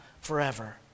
forever